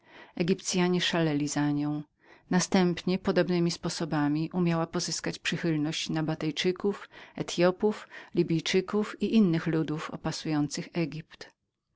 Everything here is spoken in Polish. egipcyanie szaleli za nią następnie podobnemi sposobami umiała pozyskać przychylność etyopów nabateenów libijczyków i innych ludów opasujących egipt